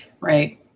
right